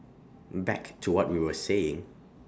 back to what we were saying